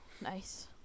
Nice